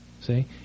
See